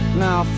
now